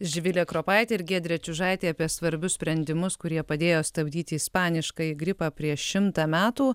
živilė kropaitė ir giedrė čiužaitė apie svarbius sprendimus kurie padėjo stabdyti ispaniškąjį gripą prieš šimtą metų